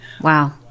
Wow